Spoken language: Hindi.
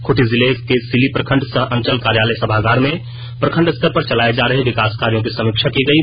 खूंटी जिले के सिल्ली प्रखंड सह अंचल कार्यालय सभागार में प्रखंड स्तर पर चलाये जा रहे विकास कार्यों की समीक्षा की गयी